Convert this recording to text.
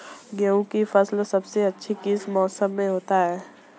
गेंहू की फसल सबसे अच्छी किस मौसम में होती है?